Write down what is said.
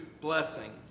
blessing